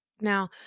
Now